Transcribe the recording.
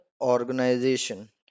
organization